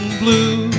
blue